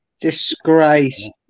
Disgrace